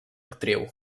actriu